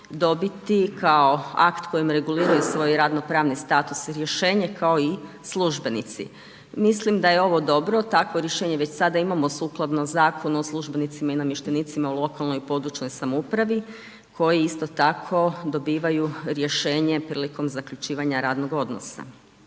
dobiti kao akt kojim reguliraju svoj radno-pravni status rješenje kao i službenici. Mislim da je ovo dobro, takvo rješenje već sada imamo sukladno Zakonu o službenicima i namještenicima u lokalnoj i područnoj samoupravi koji isto tako dobivaju rješenje prilikom zaključivanja radnog odnosa.